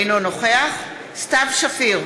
אינו נוכח סתיו שפיר,